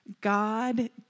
God